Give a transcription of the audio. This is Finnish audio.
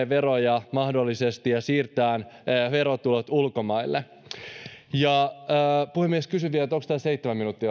veroja ja siirtämään verotuottoja ulkomaille puhemies kysyn vielä onko tämä seitsemän minuuttia